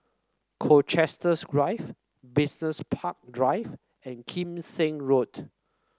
Colchester Grove Business Park Drive and Kim Seng Road